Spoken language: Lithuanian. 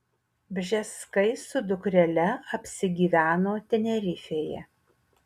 bžeskai su dukrele apsigyveno tenerifėje